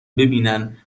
ببینن